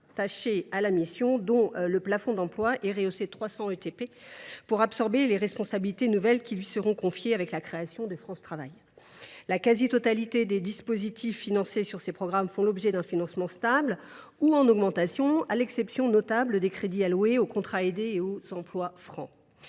rattaché à la mission, dont le plafond d’emplois est rehaussé de 300 équivalents temps plein, pour absorber les responsabilités nouvelles qui lui seront confiées à la suite de la création de France Travail. La quasi totalité des dispositifs financés sur ce programme fait l’objet d’un financement stable ou en augmentation, à l’exception notable des crédits alloués aux contrats aidés et aux emplois francs.